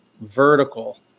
vertical